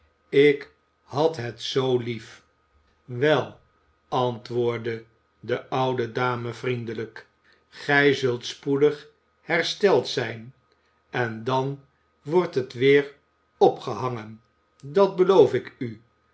ik had het zoo lief wel antwoordde de oude dame vriendelijk gij zult spoedig hersteld zijn en dan wordt het weer opgehangen dat beloof ik u